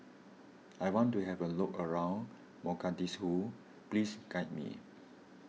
I want to have a look around Mogadishu please guide me